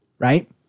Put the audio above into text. right